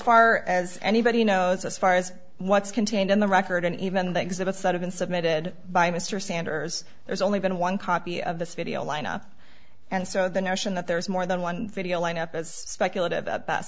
far as anybody knows as far as what's contained in the record and even the exhibits that have been submitted by mr sanders there's only been one copy of this video lineup and so the notion that there is more than one video lineup as speculative at